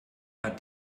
hat